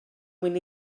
mwyn